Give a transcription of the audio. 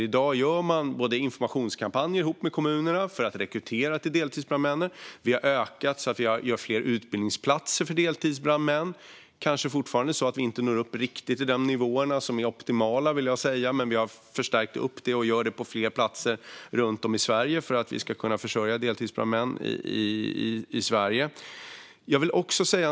I dag gör man informationskampanjer ihop med kommunerna för att rekrytera till deltidsbrandkåren, och vi har ökat antalet utbildningsplatser för deltidsbrandmän. Det kanske fortfarande inte riktigt når upp till de nivåer som är optimala, vill jag säga. Men vi har förstärkt rekryteringen och gör det på fler platser runt om i Sverige för att vi ska kunna försörja deltidsbrandkårerna i Sverige.